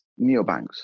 neobanks